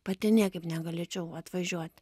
pati niekaip negalėčiau atvažiuoti